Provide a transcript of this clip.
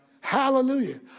Hallelujah